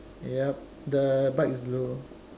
yup the bike is blue